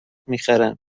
میخرم